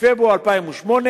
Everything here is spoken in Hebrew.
מפברואר 2008,